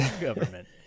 government